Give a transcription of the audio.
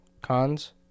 cons